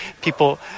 People